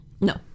No